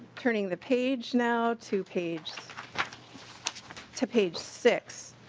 turning the page now to page to page six